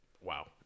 Wow